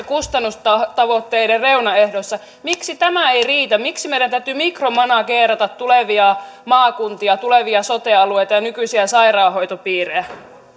kustannustavoitteiden reunaehdoissa miksi tämä ei riitä miksi meidän täytyy mikromanageerata tulevia maakuntia tulevia sote alueita ja nykyisiä sairaanhoitopiirejä